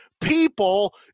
people